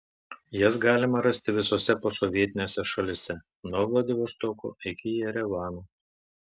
jas galima rasti visose posovietinėse šalyse nuo vladivostoko iki jerevano